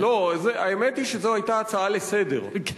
האמת היא שזו היתה הצעה לסדר-היום.